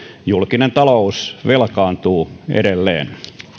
julkinen talous velkaantuu edelleen